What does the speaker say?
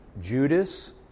Judas